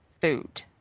food